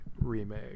remake